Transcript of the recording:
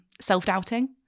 self-doubting